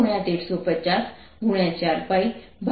0×4π Vmછે